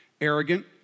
arrogant